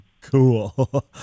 cool